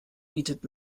bietet